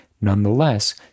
Nonetheless